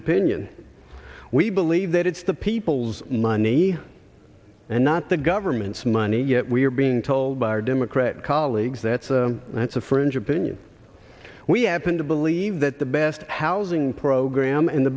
opinion we believe that it's the people's money and not the government's money yet we're being told by our democrat colleagues that's a that's a fringe opinion we happen to believe that the best housing program and the